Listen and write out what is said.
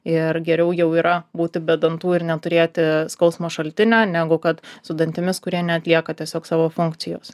ir geriau jau yra būti be dantų ir neturėti skausmo šaltinio negu kad su dantimis kurie neatlieka tiesiog savo funkcijos